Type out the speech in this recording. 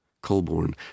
Colborne